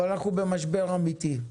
אבל אנחנו במשבר אמיתי,